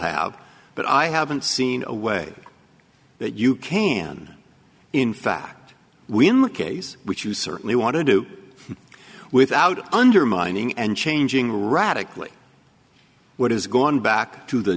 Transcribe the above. have but i haven't seen a way that you can in fact win the case which you certainly want to do without undermining and changing radically what has gone back to the